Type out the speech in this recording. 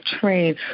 train